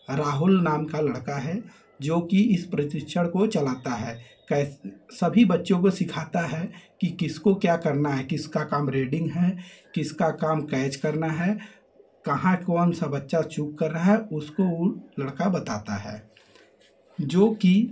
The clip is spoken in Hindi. राहुल नाम का लड़का है जो कि इस को चलाता है कैस् सभी बच्चों को सिखाता है कि किसको क्या करना है किसका काम रेडिंग है किसका काम कैच करना है कहाँ कौनसा बच्चा चुक कर रहा है उसको ऊ लड़का बताता है जो कि